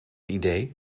idee